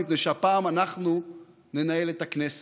מפני שהפעם אנחנו ננהל את הכנסת.